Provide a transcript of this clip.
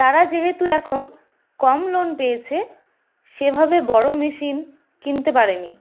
তারা যেহেতু এখন কম লোন পেয়েছে সেভাবে বড় মেশিন কিনতে পারেনি